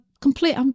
complete